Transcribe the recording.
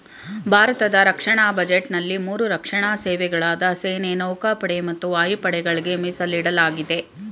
ಭಾರತದ ರಕ್ಷಣಾ ಬಜೆಟ್ನಲ್ಲಿ ಮೂರು ರಕ್ಷಣಾ ಸೇವೆಗಳಾದ ಸೇನೆ ನೌಕಾಪಡೆ ಮತ್ತು ವಾಯುಪಡೆಗಳ್ಗೆ ಮೀಸಲಿಡಲಾಗಿದೆ